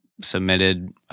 submitted